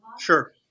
Sure